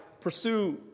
pursue